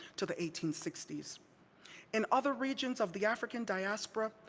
till the eighteen sixty s. in other regions of the african diaspora,